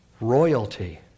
royalty